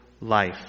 life